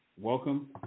welcome